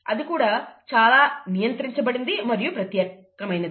అది కూడా చాలా నియంత్రించబడినది మరియు ప్రత్యేకమైనది